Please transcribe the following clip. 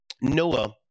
Noah